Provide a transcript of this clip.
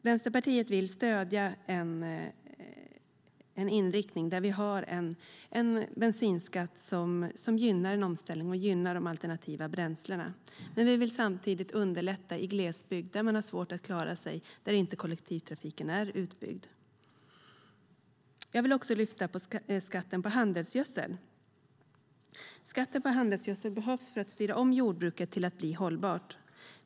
Vänsterpartiet vill stödja en inriktning mot en bensinskatt som gynnar en omställning och gynnar de alternativa bränslena. Men vi vill samtidigt underlätta i glesbygd, där man har svårt att klara sig och där kollektivtrafiken inte är utbyggd. Jag vill också lyfta fram skatten på handelsgödsel. Skatten på handelsgödsel behövs för att styra om jordbruket till att bli hållbart.